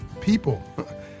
people